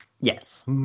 Yes